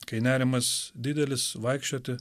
kai nerimas didelis vaikščioti